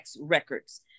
Records